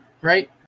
right